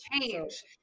Change